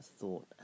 thought